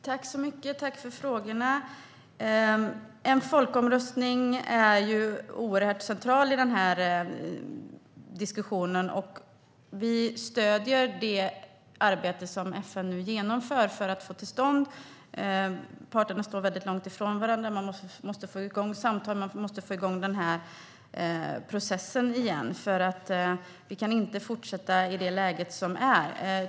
Herr talman! Tack för frågorna! En folkomröstning är oerhört central i diskussionen. Vi stöder det arbete som FN nu genomför för att få detta till stånd. Parterna står långt ifrån varandra, och man måste få igång samtal och få igång processen igen. Vi kan inte fortsätta i det läge som råder.